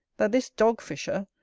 that this dog-fisher,